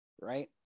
right